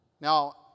Now